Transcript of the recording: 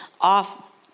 off